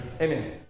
amen